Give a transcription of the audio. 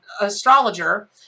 astrologer